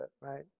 right